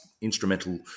instrumental